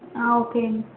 okay అండి